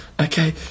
Okay